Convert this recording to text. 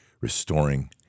restoring